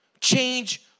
change